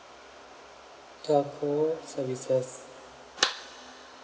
telco services